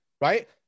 right